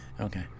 okay